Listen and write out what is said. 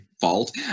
fault